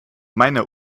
meiner